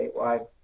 statewide